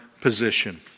position